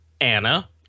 Anna